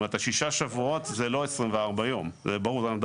זאת אומרת, שישה שבועות זה לא 24 יום.